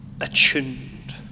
attuned